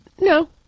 No